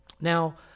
Now